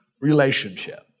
relationship